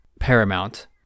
paramount